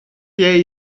jij